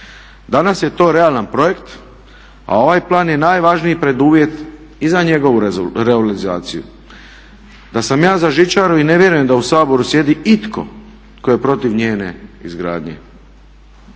Danas je to realan projekt a ovaj plan je najvažniji preduvjet i za njegovu realizaciju. Da sam ja za žičaru i ne vjerujem da u Saboru sjedi itko tko je protiv njene izgradnje.